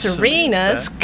Serena's